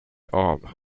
arm